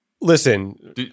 Listen